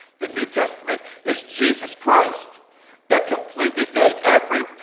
the new testament is jesus christ that completely paid every,